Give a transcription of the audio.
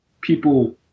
people